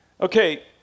Okay